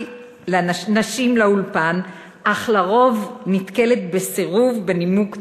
נשים לאולפן אך לרוב נתקלת בסירוב בנימוק דומה,